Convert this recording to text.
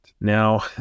now